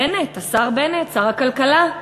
בנט, השר בנט, שר הכלכלה: